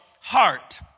heart